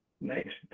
next